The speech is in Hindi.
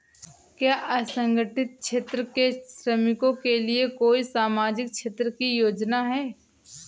क्या असंगठित क्षेत्र के श्रमिकों के लिए कोई सामाजिक क्षेत्र की योजना है?